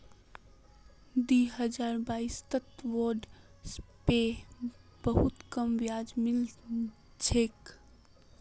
दी हजार बाईसत बॉन्ड पे बहुत कम ब्याज मिल छेक